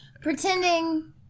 Pretending